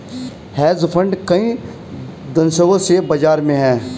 hedge fund कई दशकों से बाज़ार में हैं